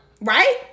right